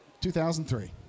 2003